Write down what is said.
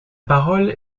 parole